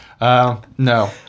No